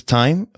time